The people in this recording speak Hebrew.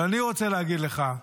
אבל אני רוצה להגיד לך,